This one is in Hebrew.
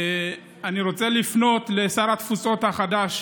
אני רוצה לפנות לשר התפוצות החדש,